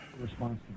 Response